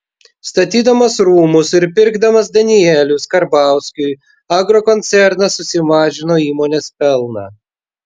statydamas rūmus ir pirkdamas danielius karbauskiui agrokoncernas susimažino įmonės pelną